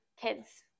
kids